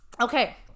Okay